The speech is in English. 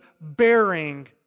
bearing